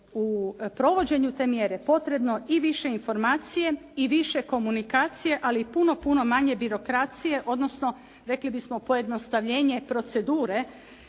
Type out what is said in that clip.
u provođenju te mjere potrebno i više informacije i više komunikacije, ali i puno, puno manje birokracije, odnosno rekli bismo pojednostavljenje procedure